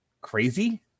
crazy